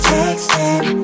Texting